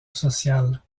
sociale